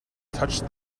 touched